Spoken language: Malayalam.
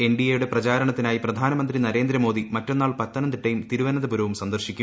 എൻഡിഎ്യുടെ പ്രചാരണത്തിനായി പ്രധാനമന്ത്രി നരേന്ദ്ര മോദി മറ്റന്നാൾ പത്തനംതിട്ടയും തിരുവനന്തപുരവും സന്ദർശിക്കും